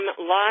lost